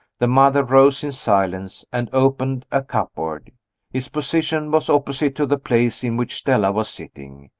the mother rose in silence, and opened a cupboard. its position was opposite to the place in which stella was sitting.